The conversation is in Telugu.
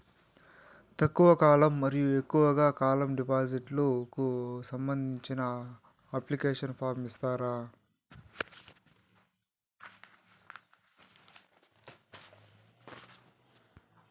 తక్కువ కాలం మరియు ఎక్కువగా కాలం డిపాజిట్లు కు సంబంధించిన అప్లికేషన్ ఫార్మ్ ఇస్తారా?